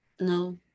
no